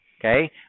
Okay